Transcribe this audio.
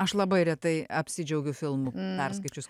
aš labai retai apsidžiaugiau filmu perskaičius